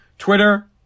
Twitter